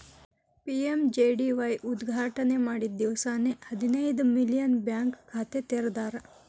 PMJDY ಉದ್ಘಾಟನೆ ಮಾಡಿದ್ದ ದಿವ್ಸಾನೆ ಹದಿನೈದು ಮಿಲಿಯನ್ ಬ್ಯಾಂಕ್ ಖಾತೆ ತೆರದಾರ್